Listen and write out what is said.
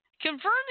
Confirm